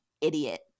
Idiot